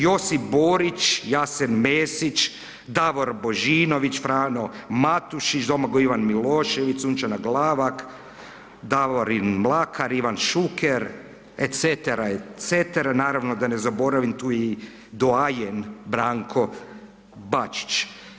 Josip Borić, Jasen Mesić, Davor Božinović, Frano Matušić, Domagoj Ivan Milošević, Sunčana Glavak, Davorin Mlakar, Ivan Šuker, Ecetera, naravno da ne zaboravim tu i duajen Branko Bačić.